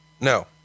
No